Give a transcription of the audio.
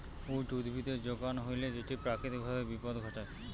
weed উদ্ভিদের যোগান হইলে সেটি প্রাকৃতিক ভাবে বিপদ ঘটায়